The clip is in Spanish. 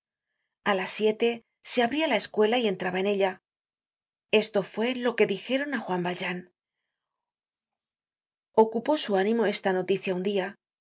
a las siete se abria la escuela y entraba en ella esto fue loque dijeron á juan valjean ocupó su ánimo esta noticia un dia